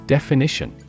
Definition